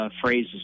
phrases